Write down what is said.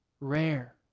rare